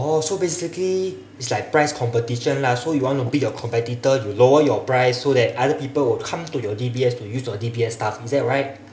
oh so basically it's like price competition lah so you want to beat your competitor you lower your price so that other people will come to your D_B_S to use your D_B_S stuff is that right